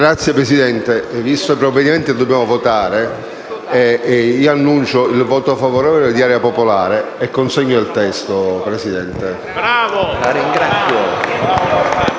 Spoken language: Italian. Signor Presidente, visto il provvedimento che dobbiamo votare, annuncio il voto favorevole di Area Popolare e consegno il testo del